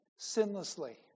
sinlessly